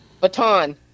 baton